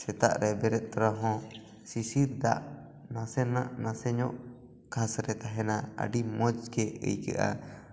ᱥᱮᱛᱟᱜ ᱨᱮ ᱵᱮᱨᱮᱫ ᱛᱚᱨᱟ ᱦᱚᱸ ᱥᱤᱥᱤᱨ ᱫᱟᱜ ᱱᱟᱥᱮᱱᱟᱜ ᱱᱟᱥᱮ ᱱᱚᱜ ᱜᱷᱟᱸᱥ ᱨᱮ ᱛᱟᱦᱮᱱᱟ ᱟᱹᱰᱤ ᱢᱚᱡᱽ ᱜᱮ ᱟᱹᱭᱠᱟᱹᱜ ᱟ